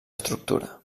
estructura